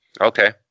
Okay